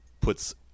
puts